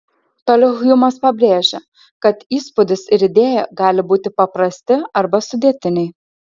toliau hjumas pabrėžia kad įspūdis ir idėja gali būti paprasti arba sudėtiniai